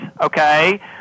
okay